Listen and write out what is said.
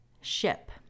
ship